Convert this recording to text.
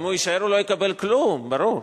אם הוא יישאר הוא לא יקבל כלום, ברור.